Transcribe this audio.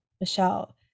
Michelle